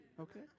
Okay